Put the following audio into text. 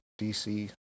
dc